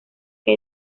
que